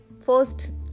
first